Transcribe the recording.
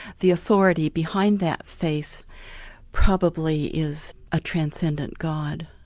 the authority behind that face probably is a transcendent god.